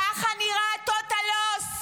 ככה נראה total loss.